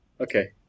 Okay